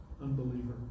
unbeliever